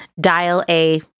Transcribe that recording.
Dial-A